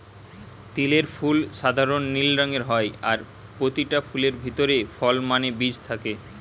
তিলের ফুল সাধারণ নীল রঙের হয় আর পোতিটা ফুলের ভিতরে ফল মানে বীজ থাকে